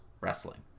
wrestling